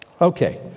okay